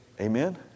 Amen